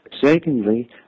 Secondly